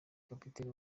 kapiteni